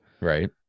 Right